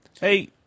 Hey